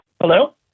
Hello